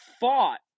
fought